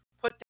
put